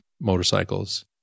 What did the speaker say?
motorcycles